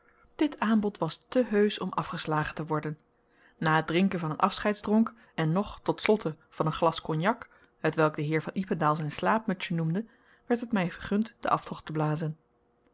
dit aanbod was te heusch om afgeslagen te worden na het drinken van een afscheidsdronk en nog tot slotte van een glas cognacq hetwelk de heer van ypendael zijn slaapmutsje noemde werd het mij vergund den aftocht te blazen